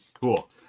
Cool